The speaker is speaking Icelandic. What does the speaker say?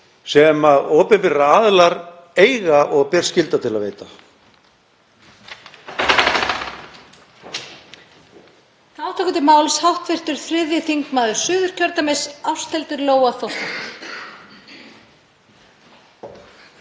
sem opinberir aðilar eiga og ber skylda til að veita.